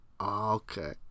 Okay